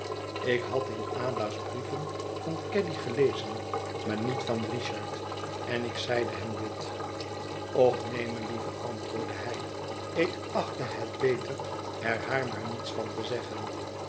ik had in ada's brieven van caddy gelezen maar niet van richard en ik zeide hem dit och neen melieve antwoordde hij ik achtte het beter er haar maar niets van te zeggen